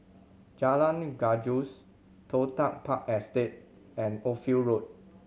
Jalan Gajus Toh Tuck Park Estate and Ophir Road